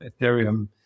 Ethereum